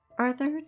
Arthur